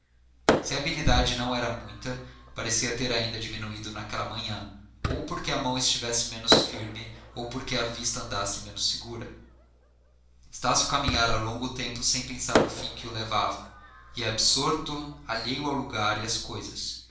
a habilidade não era muita parecia ter ainda diminuído naquela manhã ou porque a mão estivesse menos firme ou porque a vista andasse menos segura estácio caminhava longo tempo sem pensar no fim que o levava ia absorto alheio ao lugar e às coisas